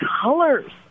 colors